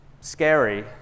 scary